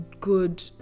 good